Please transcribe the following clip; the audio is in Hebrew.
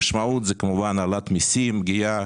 המשמעות היא העלאת מיסים, פגיעה